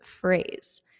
phrase